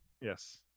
yes